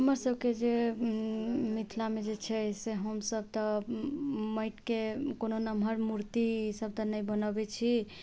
हमरसबके जे मिथिला मे जे छै से हमसब तऽ माटि के कोनो नमहर मूर्ति सब तऽ नहि बनबै छी